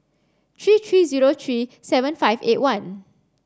three three zero three seven five eight one